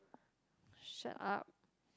shut up